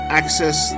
access